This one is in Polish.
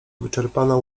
wyczerpana